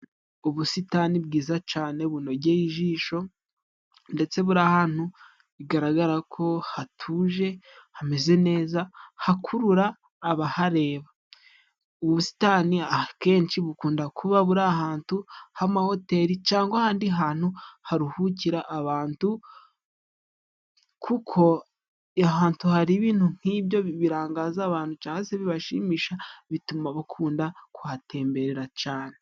Ubusitani bwiza cane bunogeye ijisho ndetse buri ahantu bigaragara ko hatuje hameze neza, hakurura abahareba. Ubusitani akenshi bukunda kuba buri ahantu h'amahoteli cangwa ahandi hantu haruhukira abantu, kuko ahantu hari ibintu nk'ibyo birangaza abantu cangwa se bibashimisha bituma bakunda kuhatemberera cane.